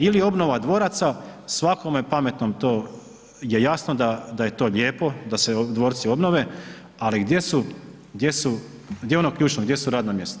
Ili obnova dvoraca, svakome pametnom je jasno da je to lijepo, da se dvorci obnove, ali gdje su, gdje su, gdje je ono ključno gdje su radna mjesta?